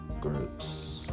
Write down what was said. groups